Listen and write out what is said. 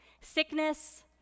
sickness